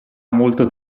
molto